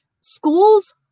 schools